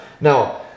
Now